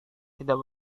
tidak